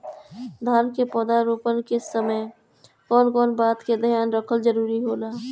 धान के पौधा रोप के समय कउन कउन बात के ध्यान रखल जरूरी होला?